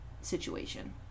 situation